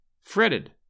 fretted